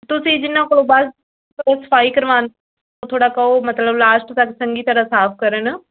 ਤੁਸੀਂ ਜਿਨ੍ਹਾਂ ਕੋਲੋਂ ਬਸ ਸਫਾਈ ਕਰਵਾਉਂਦੇ ਹੋ ਥੋੜ੍ਹਾ ਕਹੋ ਮਤਲਬ ਲਾਸਟ ਤੱਕ ਚੰਗੀ ਤਰ੍ਹਾਂ ਸਾਫ਼ ਕਰਨ